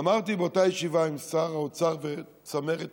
ואמרתי באותה ישיבה עם שר האוצר וצמרת משרדו,